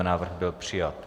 Návrh byl přijat.